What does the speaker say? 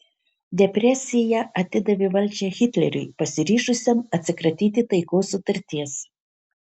depresija atidavė valdžią hitleriui pasiryžusiam atsikratyti taikos sutarties